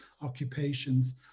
occupations